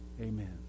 Amen